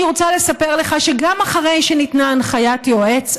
אני רוצה לספר לך שגם אחרי שניתנה הנחיית יועץ,